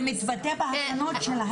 זה מתבטא בהכנות שלהם.